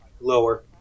Lower